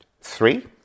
Three